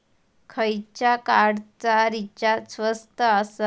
खयच्या कार्डचा रिचार्ज स्वस्त आसा?